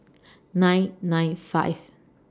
nine nine five